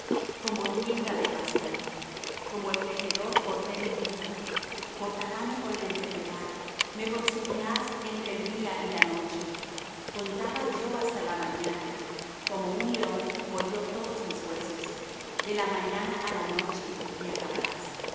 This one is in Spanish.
como tienda de pastor como el tejedor corté mi vida cortaráme con la enfermedad me consumirás entre el día y la noche contaba yo hasta la mañana como un león molió todos mis huesos de la mañana á la noche me acabarás